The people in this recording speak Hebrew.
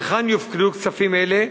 היכן יופקדו כספים אלה,